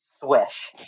swish